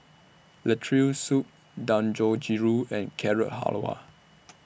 Lentil Soup Dangojiru and Carrot Halwa